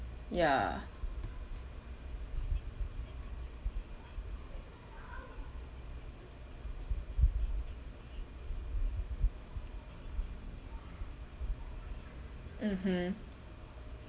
ya mmhmm